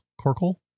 Corkle